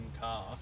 car